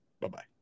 Bye-bye